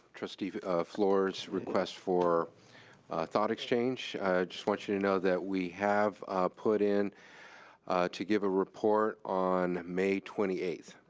trustee fluor's request for thought exchange. i just want you to know that we have put in to give a report on may twenty eighth,